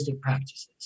practices